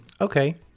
okay